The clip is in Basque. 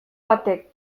batek